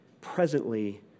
presently